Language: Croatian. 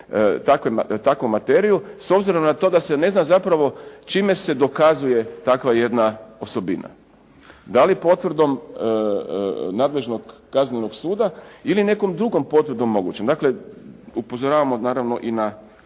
takvu materiju, s obzirom na to da se ne zna zapravo čime se dokazuje takva jedna osobina. Da li potvrdom nadležnog kaznenog suda ili nekom drugom potvrdom moguće? Dakle, upozoravamo naravno i na